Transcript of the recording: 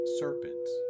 serpents